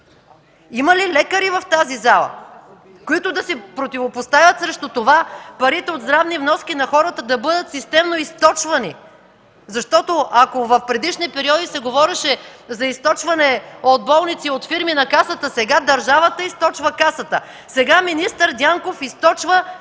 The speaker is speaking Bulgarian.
Има ли лекари в тази зала, които да се противопоставят срещу това парите от здравни вноски на хората да бъдат системно източвани? Защото, ако в предишни периоди се говореше за източване от болници, от фирми на Касата, сега държавата източва Касата. Сега министър Дянков източва